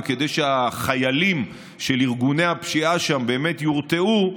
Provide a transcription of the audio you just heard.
וכדי שהחיילים של ארגוני הפשיעה שם באמת יורתעו,